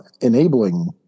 enabling